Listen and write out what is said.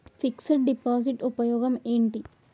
Fix డ్ deposit ఉపయోగం ఏంటి?